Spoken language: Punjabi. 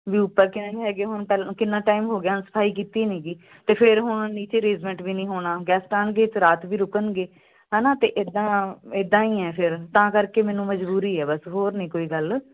ਵੀ ਉੱਪਰ ਕੀ ਨਾਮ ਹੈਗੇ ਹੁਣ ਪਹਿਲੋਂ ਕਿੰਨਾ ਟਾਈਮ ਹੋ ਗਿਆ ਸਫਾਈ ਕੀਤੀ ਨਹੀਂ ਗੀ ਤੇ ਫਿਰ ਹੁਣ ਨੀਚੇ ਅਰੇਂਜਮੈਂਟ ਵੀ ਨਹੀਂ ਹੋਣਾ ਗੈਸਟ ਆਣਗੇ ਰਾਤ ਵੀ ਰੁਕਣਗੇ ਹਨਾ ਤੇ ਇਦਾਂ ਇਦਾਂ ਹੀ ਏ ਫਿਰ ਤਾਂ ਕਰਕੇ ਮੈਨੂੰ ਮਜਬੂਰੀ ਐ ਬਸ ਹੋਰ ਨਹੀਂ ਕੋਈ ਗੱਲ